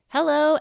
Hello